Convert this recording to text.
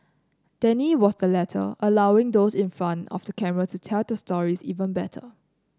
Danny was the latter allowing those in front of the camera to tell their stories even better